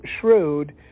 shrewd